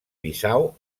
bissau